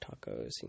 tacos